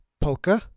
Polka